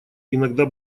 иногда